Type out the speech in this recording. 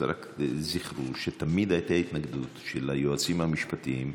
זכרו שתמיד הייתה התנגדות של היועצים המשפטים,